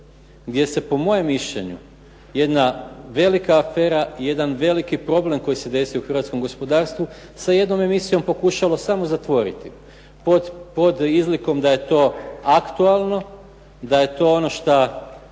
gdje se po mom mišljenju jedna velika afera, jedan veliki problem koji se desio u hrvatskom gospodarstvu se jednom emisijom pokušalo samo zatvoriti. Pod izlikom da je to aktualno, da je to što